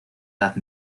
edad